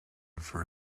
for